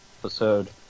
episode